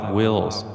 wills